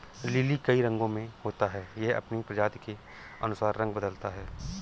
lily कई रंगो में होता है, यह अपनी प्रजाति के अनुसार रंग बदलता है